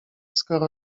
skoro